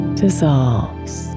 dissolves